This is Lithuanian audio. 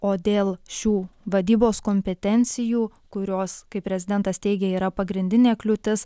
o dėl šių vadybos kompetencijų kurios kaip prezidentas teigia yra pagrindinė kliūtis